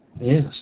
Yes